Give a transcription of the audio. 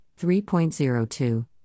3.02